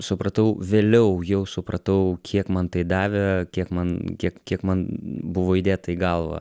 supratau vėliau jau supratau kiek man tai davė kiek man kiek kiek man buvo įdėta į galvą